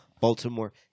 Baltimore